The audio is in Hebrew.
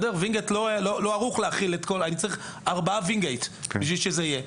אני צריך ארבעה ווינגייט בשביל שזה יהיה.